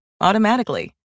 automatically